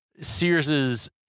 Sears's